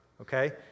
okay